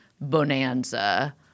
bonanza